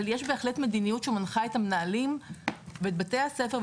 אבל יש בהחלט מדיניות שמחנה את המנהלים ואת בתי הספר,